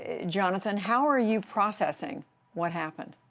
ah jonathan. how are you processing what happened?